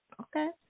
Okay